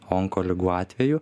onko ligų atveju